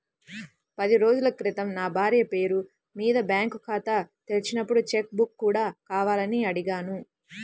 పది రోజుల క్రితం నా భార్య పేరు మీద బ్యాంకు ఖాతా తెరిచినప్పుడు చెక్ బుక్ కూడా కావాలని అడిగాను